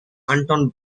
anton